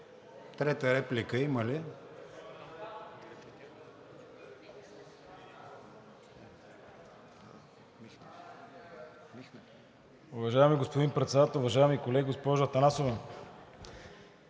Трета реплика има ли?